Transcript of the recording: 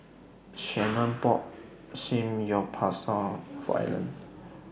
Shannon bought Samgyeopsal For Alan